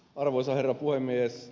arvoisa herra puhemies